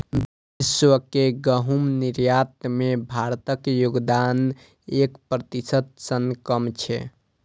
विश्व के गहूम निर्यात मे भारतक योगदान एक प्रतिशत सं कम छै